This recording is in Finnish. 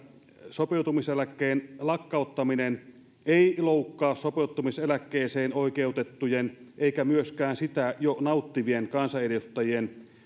sopeutumiseläkkeen lakkauttaminen ei loukkaa sopeutumiseläkkeeseen oikeutettujen eikä myöskään sitä jo nauttivien kansanedustajien